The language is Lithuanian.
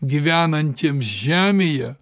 gyvenantiems žemėje